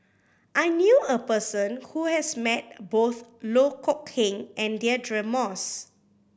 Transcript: I knew a person who has met both Loh Kok Heng and Deirdre Moss